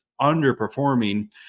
underperforming